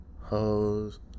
hoes